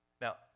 Now